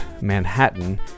Manhattan